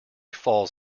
falls